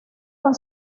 con